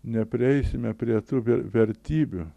neprieisime prie tų vertybių